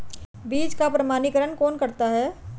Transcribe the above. बीज का प्रमाणीकरण कौन करता है?